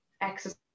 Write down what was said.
exercise